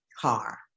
car